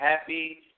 happy